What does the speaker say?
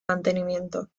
mantenimiento